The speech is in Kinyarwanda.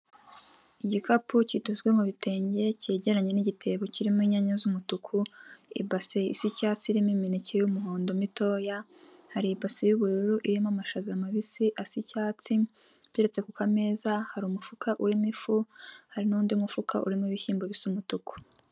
Igikapu kidozwe mu bitenge cyegeranye n’igitebo, kirimo inyanya z’umutuku, ibase isa icyatsi, irimo imineke y’umuhondo mitoya, hari ibasi y’ubururu irimo amashaza mabisi asa icyatsi, ateretse ku kukomeza hari umufuka urimo ifu, hari n’undi mufuka urimo ibishyimbo bisa umutuku.